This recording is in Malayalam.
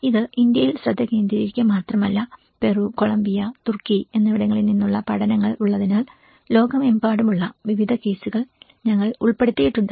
ഇത് ഇന്ത്യയിൽ ശ്രദ്ധ കേന്ദ്രീകരിക്കുക മാത്രമല്ല പെറു കൊളംബിയ തുർക്കി എന്നിവിടങ്ങളിൽ നിന്നുള്ള പഠനങ്ങൾ ഉള്ളതിനാൽ ലോകമെമ്പാടുമുള്ള വിവിധ കേസുകൾ ഞങ്ങൾ ഉൾപ്പെടുത്തിയിട്ടുണ്ട്